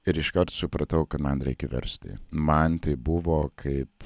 ir iškart supratau ka man reikia versti man tai buvo kaip